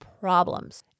problems